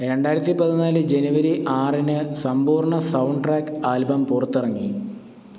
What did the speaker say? രണ്ടായിരത്തി പതിനാല് ജെനുവരി ആറിന് സമ്പൂർണ സൗണ്ട് ട്രാക്ക് ആൽബം പുറത്തിറങ്ങി